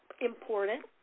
important